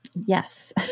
Yes